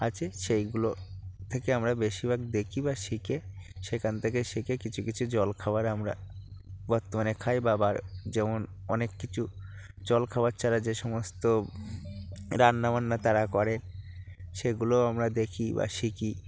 আছে সেইগুলো থেকে আমরা বেশিরভাগ দেখি বা শিখে সেখান থেকে শিখে কিছু কিছু জলখাওয়ারে আমরা বর্তমানে খাই বা বার যেমন অনেক কিছু জলখাবার ছাড়া যে সমস্ত রান্নাবান্না তারা করে সেগুলোও আমরা দেখি বা শিখি